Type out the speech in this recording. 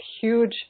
huge